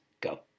Go